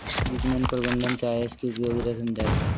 विपणन प्रबंधन क्या है इसकी उपयोगिता समझाइए?